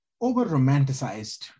over-romanticized